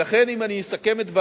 ולכן, אם אני אסכם את דברי,